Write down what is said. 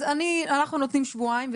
אז אנחנו נותנים שבועיים.